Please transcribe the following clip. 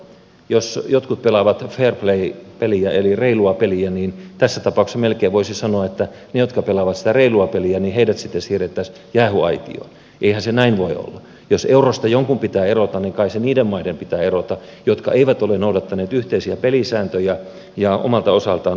jos jotkut pelaavat other leikkelillä eli reilua peliä niin tasapaksu melkein voisi sanoa että jotka pelaavat eri luokan edessä testirypäs jää vain vihasi näin voi jos eurosta jonkun pitää erota vinkaisi niiden maiden pitää erota jotka eivät ole noudattaneet yhteisiä pelisääntöjä ja omalta osaltaan